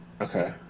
Okay